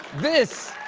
this,